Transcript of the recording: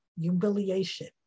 humiliation